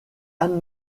anne